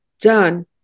done